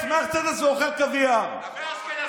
והוא גם אשכנזי.